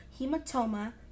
hematoma